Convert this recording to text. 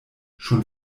schon